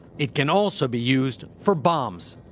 it can also be used for bombs.